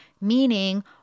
meaning